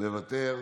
מוותר.